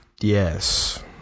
Yes